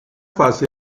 fase